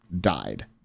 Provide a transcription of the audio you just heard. died